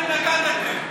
בדיוק הגיע לזה שהכסף,